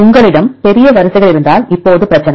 உங்களிடம் பெரிய வரிசைகள் இருந்தால் இப்போது பிரச்சனை